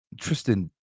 tristan